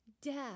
Death